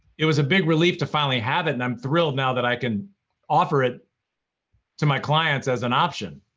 it was a big relief to finally have it and i'm thrilled now that i can offer it to my clients as an option.